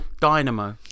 Dynamo